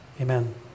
Amen